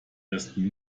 ersten